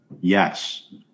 Yes